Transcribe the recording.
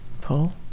Pull